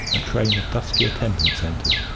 a train of dusky attendants entered,